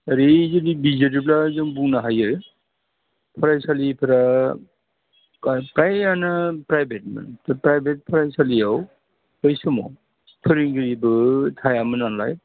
ओरै जुदि बिजिरोब्ला जों बुंनो हायो फरायसालिफ्रा फ्रायानो प्राइभेटमोन बे प्राइभेट फरायसालियाव बै समाव फोरोंगिरिबो थायामोन नालाय